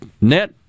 net